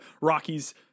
Rockies